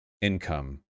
income